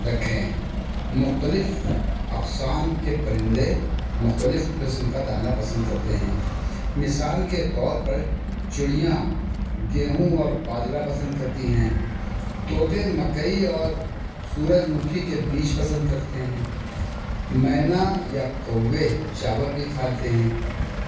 رکھیں مختلف اقسام کے پرندے مختلف قسم کا دانا پسند کرتے ہیں مثال کے طور پر چڑیاں گیہوں اور باجرہ پسند کرتی ہیں طوطے مکئی اور سورج مکھی کے بیج پسند کرتے ہیں مینا کوے چاول بھی کھالیتے ہیں